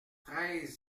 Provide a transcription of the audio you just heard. treize